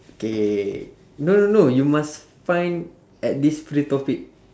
K no no no you must find at least three topic